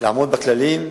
לעמוד בכללים,